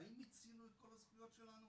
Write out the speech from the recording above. "האם מיצינו את כל הזכויות שלנו",